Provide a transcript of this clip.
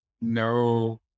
No